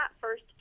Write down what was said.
first